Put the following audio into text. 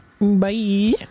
Bye